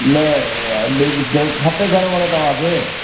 न खपे घणो घणो तव्हांखे